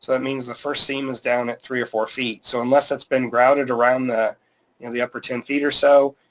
that means the first seam is down at three or four feet. so unless that's been grouted around the you know the upper ten feet or so,